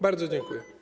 Bardzo dziękuję.